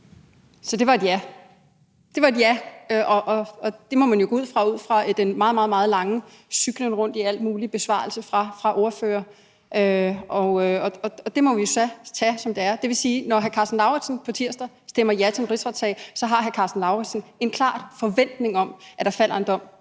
Så det var et ja. Det må man jo gå ud fra ud efter ordførerens meget, meget lange cyklen rundt i alle mulige besvarelser. Det må vi jo så tage, som det er. Det vil sige, at når hr. Karsten Lauritzen på tirsdag stemmer ja til en rigsretssag, er det, fordi hr. Karsten Lauritzen har en klar forventning om, at der falder en dom